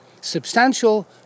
substantial